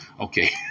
okay